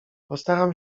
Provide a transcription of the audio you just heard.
postaram